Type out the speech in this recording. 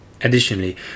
Additionally